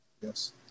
Yes